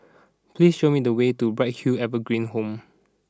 please show me the way to Bright Hill Evergreen Home